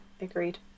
agreed